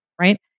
Right